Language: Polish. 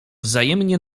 wzajemnie